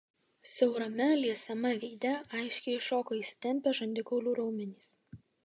siaurame liesame veide aiškiai iššoko įsitempę žandikaulių raumenys